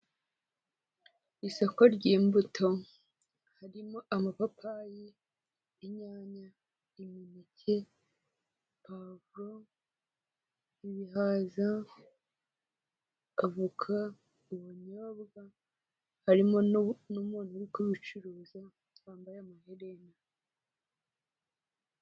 Isoko ry'imbuto harimo amapapayi, inyanya, imineke, pavuro, ibihaza, avoka, ubunyobwa harimo n'umuntu ubicuruza wambaye amaherena.